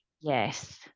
Yes